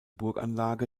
burganlage